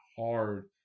hard